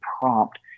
prompt